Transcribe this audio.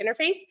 interface